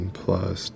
plus